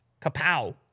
kapow